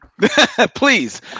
Please